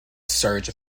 surge